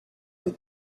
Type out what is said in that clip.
des